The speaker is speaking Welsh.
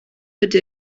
ydy